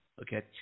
okay